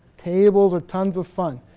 tables of tons of fun.